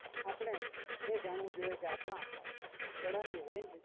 આપણે એ જાણવું જોઈએ કે આપણા ગળાની રેન્જ